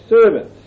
servants